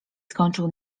skończył